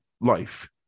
life